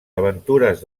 aventures